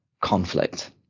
conflict